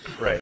Right